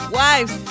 wives